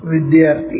വിദ്യാർത്ഥി വ്യാപ്തി